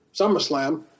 SummerSlam